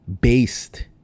based